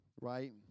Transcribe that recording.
right